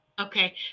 okay